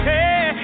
Hey